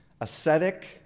ascetic